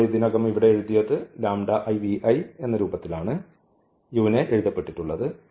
നമ്മൾ ഇതിനകം ഇവിടെ എഴുതിയത് എന്നാണ് u നെ എഴുതപ്പെട്ടിട്ടുള്ളത്